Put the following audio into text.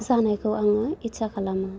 जानायखौ आङो इतसा खालामो